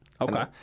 Okay